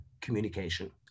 communication